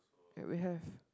ya we have